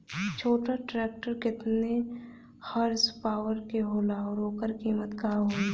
छोटा ट्रेक्टर केतने हॉर्सपावर के होला और ओकर कीमत का होई?